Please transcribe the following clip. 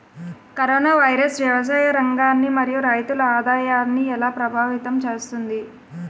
Corona virus వ్యవసాయ రంగాన్ని మరియు రైతుల ఆదాయాన్ని ఎలా ప్రభావితం చేస్తుంది?